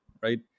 right